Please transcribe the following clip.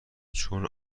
چون